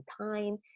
time